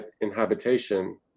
inhabitation